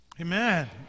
Amen